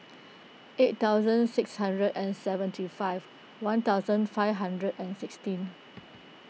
eight thousand six hundred and seventy five one thousand five hundred and sixteen